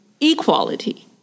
equality